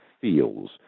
feels